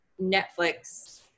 Netflix